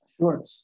Sure